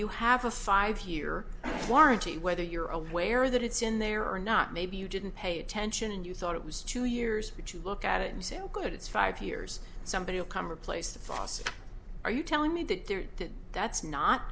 you have a five year warranty whether you're aware that it's in there or not maybe you didn't pay attention and you thought it was two years but you look at it and say oh good it's five years somebody will come replace the fossils are you telling me that there did that's not